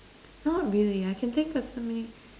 not really I can think of so many